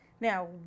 Now